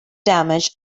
damage